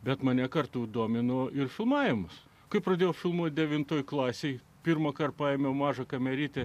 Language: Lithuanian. bet mane kartų domino ir filmavimus kai pradėjau filmuoti devintoje klasėje pirmąkart paėmiau mažą kamerytę